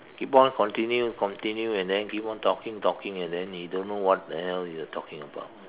keep on continue continue and then keep on talking talking and then he don't know what the hell you are talking about